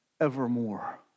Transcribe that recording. evermore